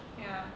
ya